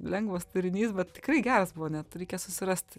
lengvas turinys bet tikrai geras buvo net reikia susirast